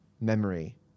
memory